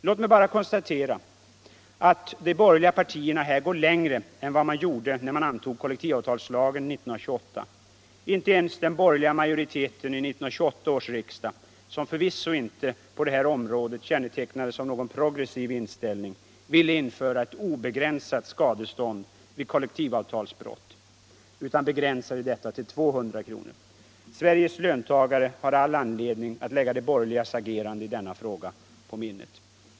Låt mig sedan konstatera att de borgerliga partierna här går längre än vad riksdagen gjorde när den antog kollektivavtalslagen 1928. Inte ens den borgerliga majoriteten i 1928 års riksdag, som förvisso inte på det här området kännetecknades av någon progressiv inställning, ville införa ett obegränsat skadestånd vid kollektivavtalsbrott utan begränsade detta till 200 kr. Sveriges löntagare har all anledning att lägga de borgerligas agerande i denna fråga på minnet.